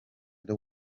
the